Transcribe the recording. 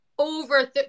Over